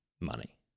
money